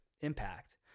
impact